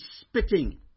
spitting